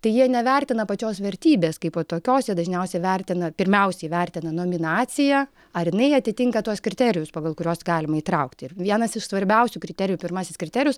tai jie nevertina pačios vertybės kaipo tokios dažniausiai vertina pirmiausiai įvertina nominaciją ar jinai atitinka tuos kriterijus pagal kuriuos galima įtraukti vienas iš svarbiausių kriterijų pirmasis kriterijus